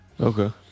okay